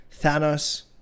Thanos